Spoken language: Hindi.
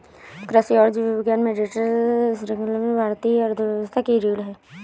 कृषि और जीव विज्ञान में डेटा विश्लेषण भारतीय अर्थव्यवस्था की रीढ़ है